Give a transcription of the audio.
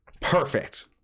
Perfect